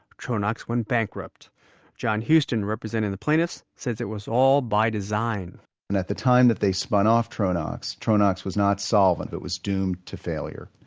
tronox went bankrupt john hueston, representing the plaintiffs, says it was all by design and at the time they spun off tronox, tronox was not solvent. it was doomed to failure.